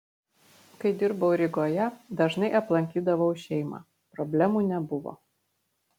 kai dirbau rygoje dažnai aplankydavau šeimą problemų nebuvo